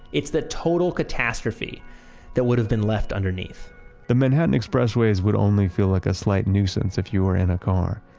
it's the total catastrophe that would have been left underneath the manhattan expressways would only feel like a slight nuisance if you were in a car,